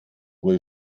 wohl